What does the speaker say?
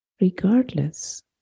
regardless